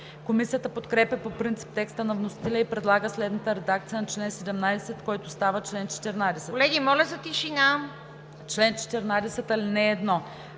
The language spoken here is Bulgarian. Комисията подкрепя по принцип текста на вносителя и предлага следната редакция на чл. 17, който става чл. 14: